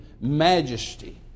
majesty